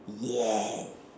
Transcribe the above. yeah